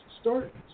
Start